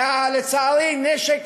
ולצערי נשק